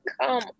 come